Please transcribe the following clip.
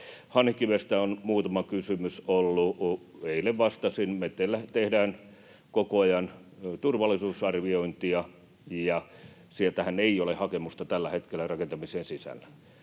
Hanhikivestä on muutama kysymys ollut, eilen vastasin. Me tehdään koko ajan turvallisuusarviointia, ja sieltähän ei ole hakemusta tällä hetkellä rakentamiseen sisällä,